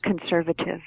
conservative